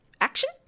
action